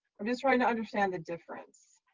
i'm just trying to understand the difference.